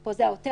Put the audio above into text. פה זה העותר,